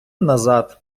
назад